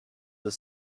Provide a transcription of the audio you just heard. the